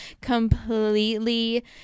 completely